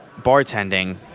bartending